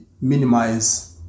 minimize